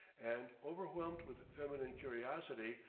and overwhelmed with feminine curiosity,